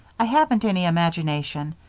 i haven't any imagination.